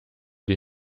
die